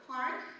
Park